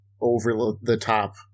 over-the-top